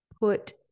put